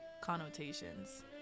connotations